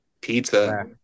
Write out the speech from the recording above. pizza